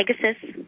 Pegasus